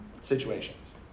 situations